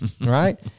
Right